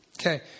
Okay